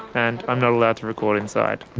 and i'm not allowed to record inside.